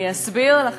אני אסביר לך.